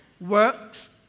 works